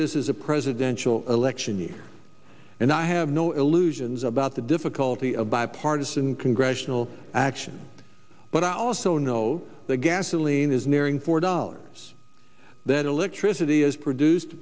this is a presidential election year and i have no illusions about the difficulty of bipartisan congressional action but i also know that gasoline is nearing four dollars that electricity is produced